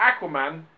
Aquaman